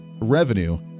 revenue